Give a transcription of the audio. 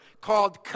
called